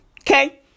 Okay